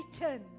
written